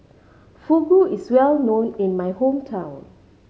fugu is well known in my hometown